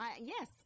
Yes